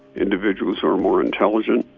individuals who are more intelligent,